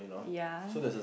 ya